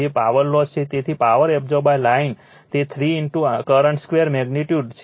તેથી power absorb line તે 3 કરંટ2 મેગ્નિટ્યુડ 6